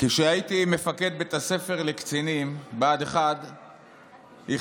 כשהייתי מפקד בית הספר לקצינים בה"ד 1 הכנסתי